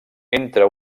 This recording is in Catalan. entra